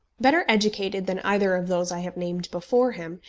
better educated than either of those i have named before him,